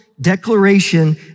Declaration